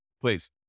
please